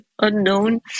unknown